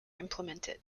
implemented